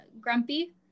grumpy